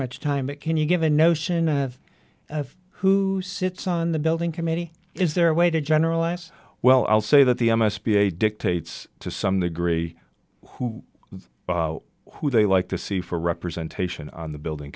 much time that can you give a notion of who sits on the building committee is there a way to generalize well i'll say that the m s b a dictates to some degree who who they like to see for representation on the building